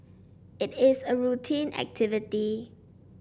it is a routine activity